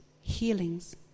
healings